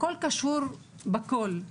הכל קשור בכל.